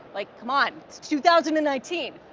like come on, it's two thousand and nineteen.